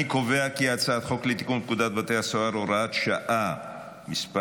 חוק לתיקון פקודת בתי הסוהר (תיקון מס'